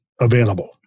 available